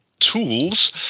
tools